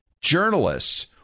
journalists